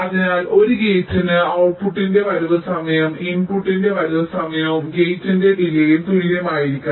അതിനാൽ ഒരു ഗേറ്റിന് ഔട്പുട്ടിന്റെ വരവ് സമയം ഇൻപുട്ടിന്റെ വരവ് സമയവും ഗേറ്റിന്റെ ഡിലെയും തുല്യമായിരിക്കണം